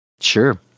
Sure